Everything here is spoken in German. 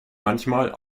manchmal